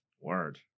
word